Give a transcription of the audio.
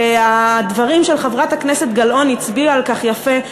והדברים של חברת הכנסת גלאון הצביעו על כך יפה,